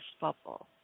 bubble